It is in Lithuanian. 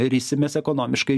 risimės ekonomiškai